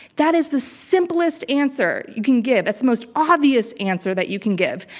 that is the simplest answer you can give. that's the most obvious answer that you can give.